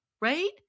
right